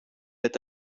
est